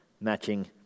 matching